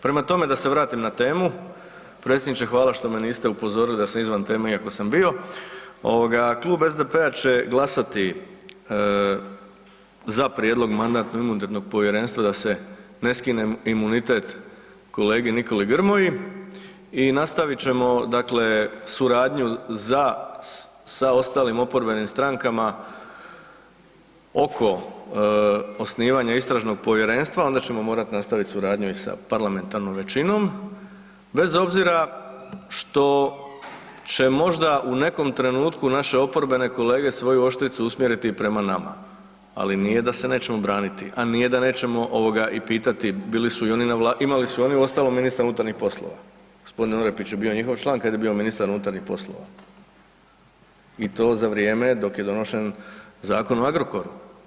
Prema tome, da se vratim na temu, predsjedniče hvala što me niste upozorili da sam izvan teme iako sam bio, ovoga Klub SDP-a će glasati za prijedlog Mandatno-imunitetnog povjerenstva da se ne skine imunitet kolegi Nikoli Grmoji i nastavit ćemo dakle suradnju za, sa ostalim oporbenim strankama oko osnivanja istražnog povjerenstva onda ćemo morat nastaviti suradnju i sa parlamentarnom većinom bez obzira što će možda u nekom trenutku naše oporbene kolege svoju oštricu usmjeriti i prema nama, ali nije da se nećemo braniti, a nije da nećemo ovoga i pitati, bili su i oni, ima su oni uostalom ministra unutarnjih poslova, gospodin Orepić je bio njihov član kad je bio ministar unutarnjih poslova i to za vrijeme dok je donošen zakon o Agrokoru.